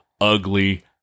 ugly